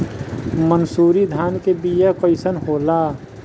मनसुरी धान के बिया कईसन होला?